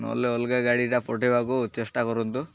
ନହେଲେ ଅଲଗା ଗାଡ଼ିଟା ପଠେଇବାକୁ ଚେଷ୍ଟା କରନ୍ତୁ